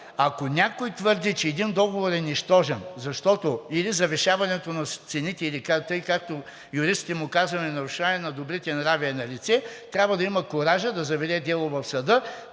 ако някой твърди, че един договор е нищожен или завишаването на цените, тъй както юристите му казваме нарушаване на добрите нрави е налице, трябва да има куража да заведе дело в съда,